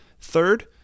Third